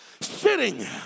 sitting